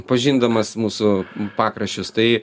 pažindamas mūsų pakraščius tai